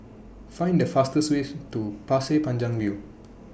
Find The fastest Way to Pasir Panjang View